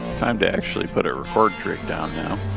time to actually put a record trig down now,